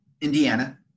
Indiana